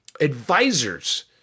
advisors